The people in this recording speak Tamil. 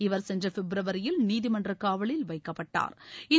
இவர் சென்ற பிப்ரவரியில் நீதிமன்ற காவலில் வைக்கப்பட்டாா்